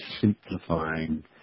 simplifying